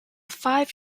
five